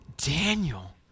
Daniel